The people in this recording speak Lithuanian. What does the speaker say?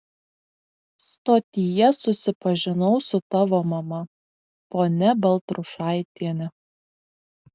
stotyje susipažinau su tavo mama ponia baltrušaitiene